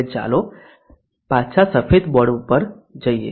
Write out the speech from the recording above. હવે ચાલો પાછા સફેદ બોર્ડ પર જઈએ